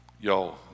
Y'all